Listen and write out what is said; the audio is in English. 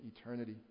eternity